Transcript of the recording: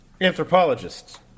Anthropologists